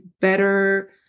better